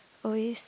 always